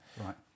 right